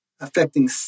affecting